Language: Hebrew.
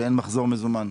זה שאין מחזור מזומן.